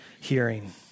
hearing